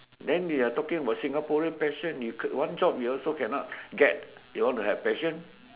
then they are talking about Singaporean passion you quit one job you also can not get you want to have passion